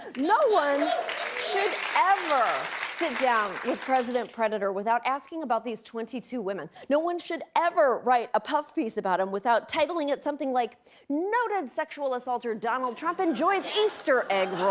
no one should ever sit down with president predator without asking about these twenty two women. no one should ever write a puff piece about him without titling it something like noted sexual assaulter donald trump enjoys easter egg